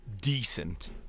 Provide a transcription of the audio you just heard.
decent